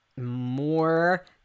more